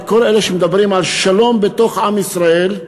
וכל אלה שמדברים על שלום בתוך עם ישראל,